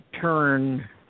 turn